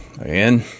Again